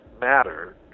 matter